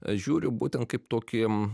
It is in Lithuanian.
aš žiūriu būtent kaip tokį